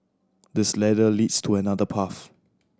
this ladder leads to another path